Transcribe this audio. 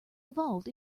evolved